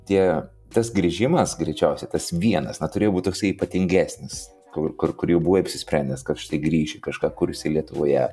tie tas grįžimas greičiausiai tas vienas na turėjo būti toksai ypatingesnis kur kur kur jau buvai apsisprendęs kad štai grįši kažką kursi lietuvoje